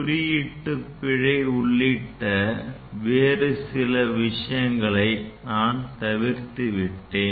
குறியீட்டு பிழை உள்ளிட்ட வேறு சில விஷயங்கள் நான் தவிர்த்து விட்டேன்